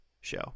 show